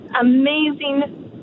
amazing